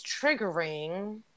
triggering